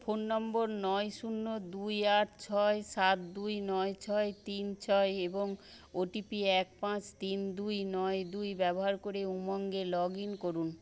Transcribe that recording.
phone নম্বর নয় শূন্য দুই আট ছয় সাত দুই নয় ছয় তিন ছয় এবং ওটিপি এক পাঁচ তিন দুই নয় দুই ব্যবহার করে উমঙ্গে লগ ইন করুন